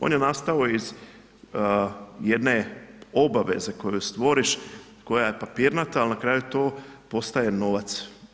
On je nastao iz jedne obaveze koju stvoriš koja je papirnata, ali na kraju to postaje novac.